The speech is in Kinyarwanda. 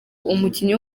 umukinnyi